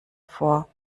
vor